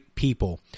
people